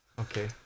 Okay